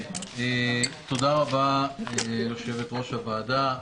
תודה רבה ליושבת-ראש הוועדה.